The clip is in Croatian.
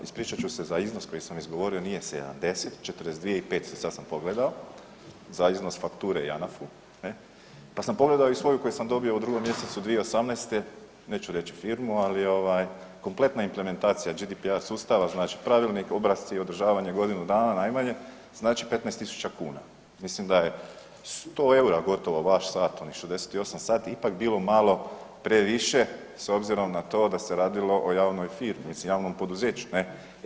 Ispričat ću se za iznos koji sam izgovorio, nije 70, 42 i 500, sad sam pogledao, za iznos fakture Janafu ne, pa sam pogledao i svoju koju sam dobio u 2. mjesecu 2018., neću reći firmu, ali ovaj kompletna implementacija GDPR sustava znači pravilnik, obrasci i održavanje godinu dana najmanje, znači 15.000 kuna, mislim da je 100 EUR-a gotovo vaš sat, onih 68 sati ipak bilo malo previše s obzirom na to da se radilo o javnoj firmi, mislim javnom poduzeću, ne.